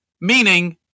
meaning